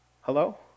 Hello